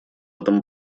этом